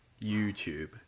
YouTube